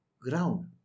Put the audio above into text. ground